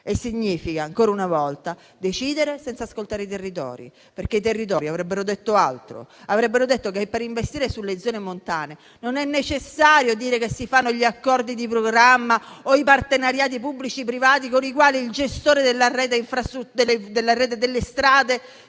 Significa, ancora una volta, decidere senza ascoltare i territori, perché i territori avrebbero detto altro. Avrebbero detto che per investire sulle zone montane non è necessario dire che si fanno gli accordi di programma o i partenariati pubblico-privati con i quali il gestore della rete delle strade